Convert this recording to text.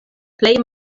plej